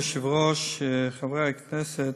אדוני היושב-ראש, חברי הכנסת,